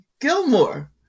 Gilmore